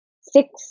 six